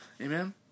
Amen